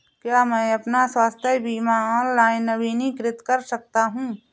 क्या मैं अपना स्वास्थ्य बीमा ऑनलाइन नवीनीकृत कर सकता हूँ?